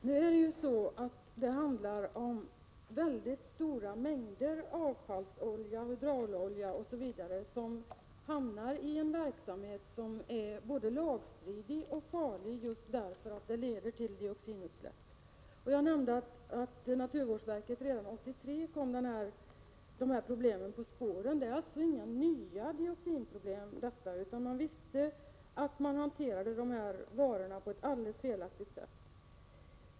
Herr talman! Det handlar om mycket stora mängder avfallsolja, hydraulolja osv. som hamnar i en verksamhet som både är lagstridig och farlig just därför att den leder till dioxinutsläpp. Jag nämnde att naturvårdsverket redan 1983 kom dessa problem på spåren. Det är alltså inget nytt problem. Man har vetat att dessa varor hanteras på ett alldeles felaktigt sätt.